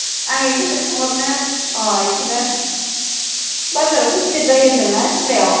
आं बेखौनो सोंहरनो अ' बेखौनो बाजाराथ' गिदिर जायो होन्दों ना सिमलायाव